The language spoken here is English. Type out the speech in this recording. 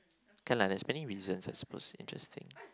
can lah there's many reasons it's suppose to interesting